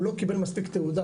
הוא לא קיבל מספיק תהודה,